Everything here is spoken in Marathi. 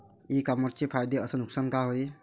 इ कामर्सचे फायदे अस नुकसान का हाये